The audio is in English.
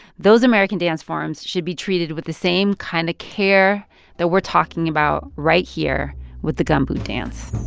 those american dance forms should be treated with the same kind of care that we're talking about right here with the gumboot dance